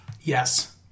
Yes